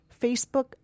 Facebook